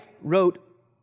wrote